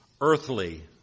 earthly